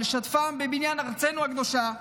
ולשתפם בבניין ארצנו הקדושה.